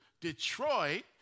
Detroit